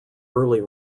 early